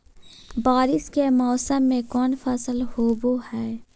बारिस के मौसम में कौन फसल होबो हाय?